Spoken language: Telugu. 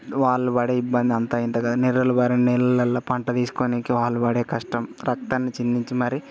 వాళ్ళు పడే ఇబ్బంది అంతా ఇంతా కాదు నెర్రలు పారే నేలలలో పంట వేసుకోనీకి వాళ్ళు పడే కష్టం రక్తాన్ని చిందించి మరి